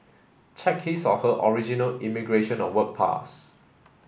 check his or her original immigration or work pass